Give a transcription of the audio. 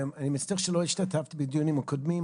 אני מצטער שלא השתתפתי בדיונים הקודמים,